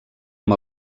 amb